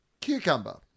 Cucumber